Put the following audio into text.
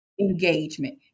engagement